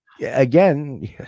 again